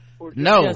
no